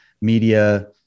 media